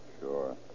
Sure